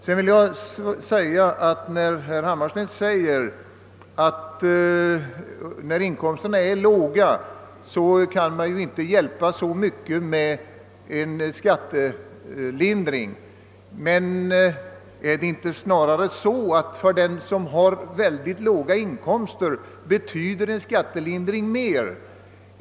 Vidare vill jag säga med anledning av att herr Hammarsten anser att man inte, om inkomsterna är låga, kan hjälpa så mycket med en skattelindring, att det väl snarare är så att en skatitelindring betyder mer för den som har mycket låga inkomster.